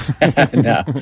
No